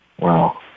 Wow